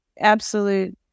absolute